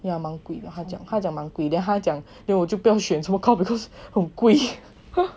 yeah 蛮贵的他讲蛮贵 then 他讲 then 我就不用选这么高 because 很贵